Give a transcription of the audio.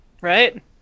Right